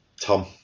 Tom